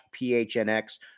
phnx